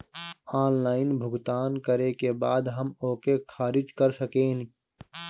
Online भुगतान करे के बाद हम ओके खारिज कर सकेनि?